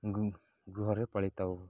ଗୃହରେ ପାଳି ଥାଉ